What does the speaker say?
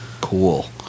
cool